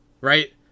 right